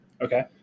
Okay